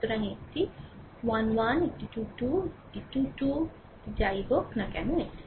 সুতরাং একটি 1 1 একটি 2 2 একটি 2 2 এটি যাই হোক না কেন এটি